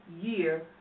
year